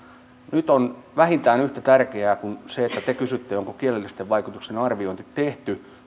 nyt vähintään yhtä tärkeää kuin se että te kysytte onko kielellisten vaikutusten arviointi tehty